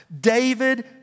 David